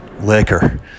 liquor